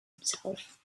himself